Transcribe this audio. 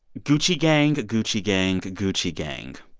gucci gang, gucci gang, gucci gang,